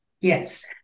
Yes